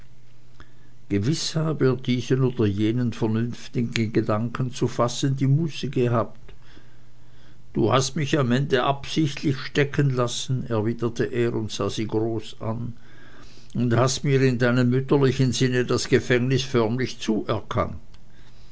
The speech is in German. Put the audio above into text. gewiß habe er diesen oder jenen vernünftigen gedanken zu fassen die muße gehabt du hast mich am ende absichtlich stecken lassen erwiderte er und sah sie groß an und hast mir in deinem mütterlichen sinne das gefängnis förmlich zuerkannt